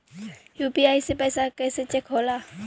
UPI से पैसा कैसे चेक होला?